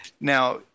Now